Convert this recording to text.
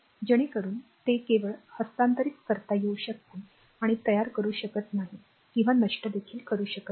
जेणेकरून ते केवळ हस्तांतरित करता येऊ शकते आणि तयार करू शकत नाही किंवा नष्ट देखील करू शकत नाही